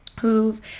who've